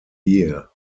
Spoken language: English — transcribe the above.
year